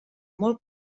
molt